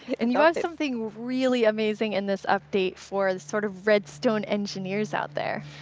and you have something really amazing in this update for the sort of redstone engineers out there.